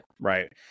Right